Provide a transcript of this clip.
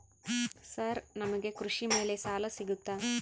Sir ನಮಗೆ ಕೃಷಿ ಮೇಲೆ ಸಾಲ ಸಿಗುತ್ತಾ?